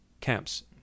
camps